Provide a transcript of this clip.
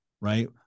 Right